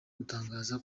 gutangaza